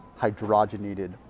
hydrogenated